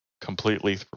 completely